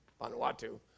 Vanuatu